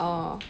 orh